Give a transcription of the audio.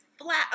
flat